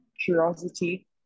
curiosity